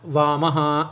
वामः